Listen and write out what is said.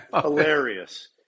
hilarious